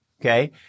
okay